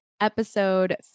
Episode